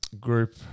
group